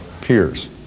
peers